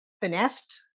finessed